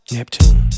Neptune